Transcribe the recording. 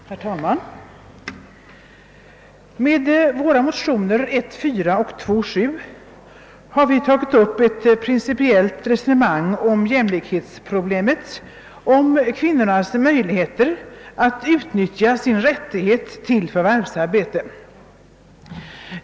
Herr talman! Med våra motioner 1: 4 och II: 7 har vi tagit upp ett principiellt resonemang om jämlikhetsproblemet, om kvinnornas möjligheter att utnyttja sin rättighet till förvärvsarbete.